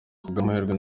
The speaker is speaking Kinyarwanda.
kubw’amahirwe